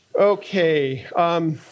Okay